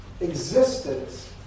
existence